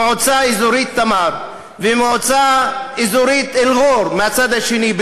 מועצה אזורית תמר ומועצה אזורית אל-ע'ור מהצד השני,